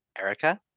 Erica